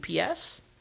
UPS